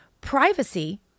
privacy